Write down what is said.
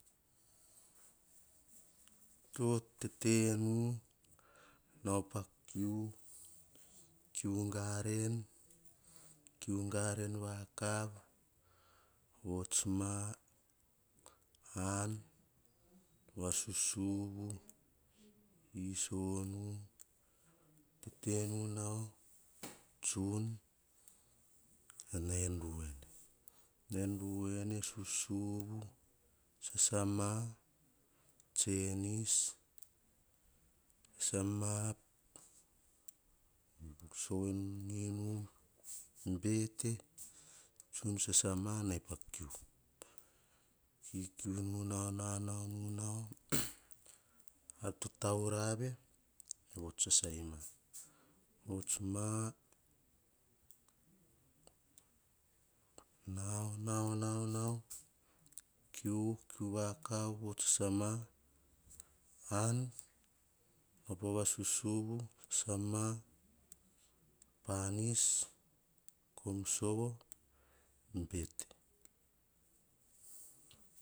To tetenu nao pa kiu kiu garen, kiu vakavvu votsma an kavasusuvu, iso nu, tete nu nao. Tsun nai en ruene na en ruene susuma nai pa kiu. Kikai nu nao, wa nao nu nao, ar to taurave. Vots sasama an wao pavasusuvu noma panis kom sovo bete.